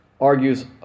argues